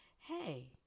Hey